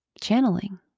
channeling